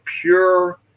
pure